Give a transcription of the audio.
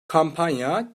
kampanya